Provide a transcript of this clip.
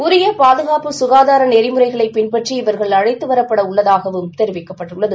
உரியபாதுகாப்பு கசுகாதாரநெறிமுறைகளைபின்பற்றி இவர்கள் அழைத்துவரப்படஉள்ளதாகவும் தெரிவிக்கப்பட்டுள்ளது